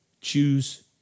choose